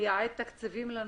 מייעד תקציבים לנושא?